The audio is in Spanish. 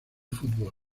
fútbol